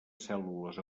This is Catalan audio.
cèl·lules